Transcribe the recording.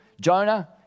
Jonah